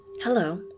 Hello